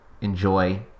enjoy